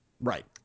Right